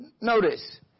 Notice